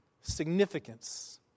significance